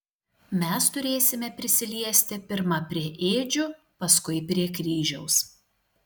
mes turėsime prisiliesti pirma prie ėdžių paskui prie kryžiaus